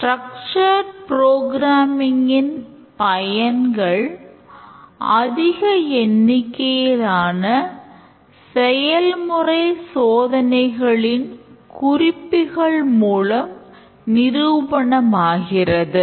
structure programming இன் பயன்கள் அதிக எண்ணிக்கையிலான செயல்முறை சோதனைகளின் குறிப்புகள் மூலம் நிரூபணமாகிறது